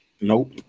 nope